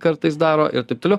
kartais daro ir taip toliau